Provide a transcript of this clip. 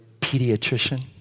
pediatrician